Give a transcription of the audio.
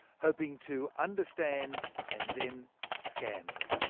hoping to understand and then scam them.